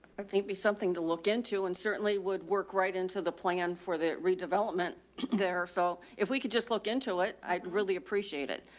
i think be something to look into and certainly would work right into the plan for the redevelopment there. so if we could just look into it, i'd really appreciate it.